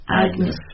Agnes